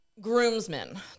groomsmen